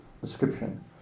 description